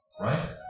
right